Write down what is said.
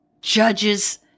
Judges